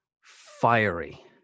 fiery